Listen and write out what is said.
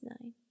nine